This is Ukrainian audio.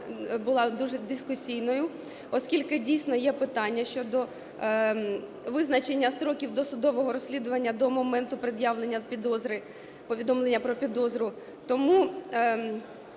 була дуже дискусійною, оскільки, дійсно, є питання щодо визначення строків досудового розслідування до моменту пред'явлення підозри, повідомлення про підозру.